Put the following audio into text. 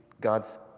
God's